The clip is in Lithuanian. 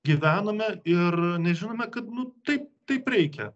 gyvename ir nes žinome kad nu taip taip reikia